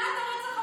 תמנע את הרצח הבא.